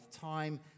time